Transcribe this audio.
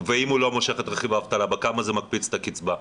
ואם הוא לא מושך את רכיב האבטלה בכמה זה מקפיץ את הקצבה?